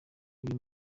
uyu